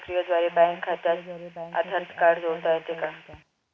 Online प्रक्रियेद्वारे bank खात्यास Aadhaar card जोडता येईल का?